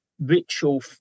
Ritual